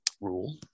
rule